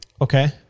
Okay